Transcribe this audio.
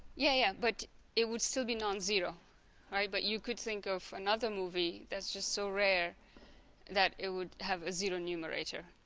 yeah yeah but it would still be nonzero right but you could think of another movie that's just so rare that it would have a zero numerator